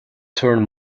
turned